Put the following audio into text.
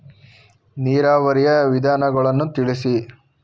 ನೀರಾವರಿಯ ವಿಧಾನಗಳನ್ನು ತಿಳಿಸಿ?